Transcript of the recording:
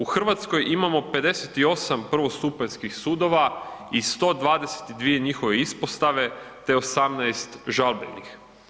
U Hrvatskoj imamo 58 prvostupanjskih sudova i 122 njihove ispostave te 18 žalbenih.